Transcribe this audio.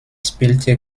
spielte